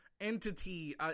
entity